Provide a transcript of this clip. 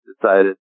decided